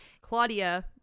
Claudia